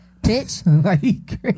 bitch